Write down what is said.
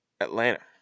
Atlanta